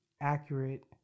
accurate